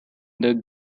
the